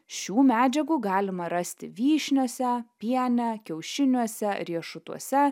šių medžiagų galima rasti vyšniose piene kiaušiniuose riešutuose